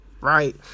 Right